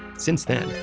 since then,